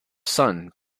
son